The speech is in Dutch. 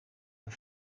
een